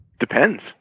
depends